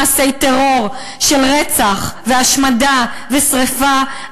מעשי טרור של רצח והשמדה ושרפה,